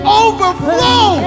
overflow